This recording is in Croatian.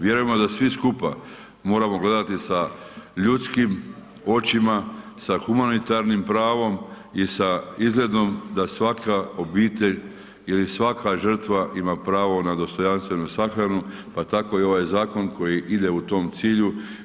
Vjerujemo da svi skupa moramo gledati sa ljudskim očima, sa humanitarnim pravom i sa izgledom da svaka obitelj ili svaka žrtva ima pravo na dostojanstvenu sahranu, pa tako i ovaj zakon koji ide u tom cilju.